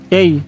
Hey